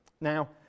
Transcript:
Now